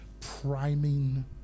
priming